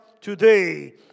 today